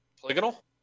Polygonal